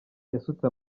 yasutse